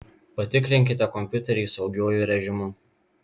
patikrinkite kompiuterį saugiuoju režimu